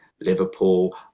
Liverpool